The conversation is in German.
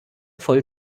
voll